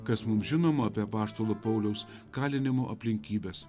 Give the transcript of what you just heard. kas mums žinoma apie apaštalo pauliaus kalinimo aplinkybes